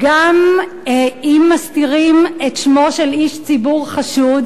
אם מסתירים את שמו של איש ציבור חשוד,